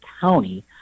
county